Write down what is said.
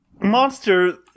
monster